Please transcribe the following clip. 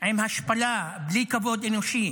עם השפלה, בלי כבוד אנושי.